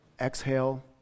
exhale